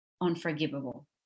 unforgivable